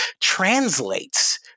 translates